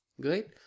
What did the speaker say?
Great